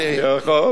נכון.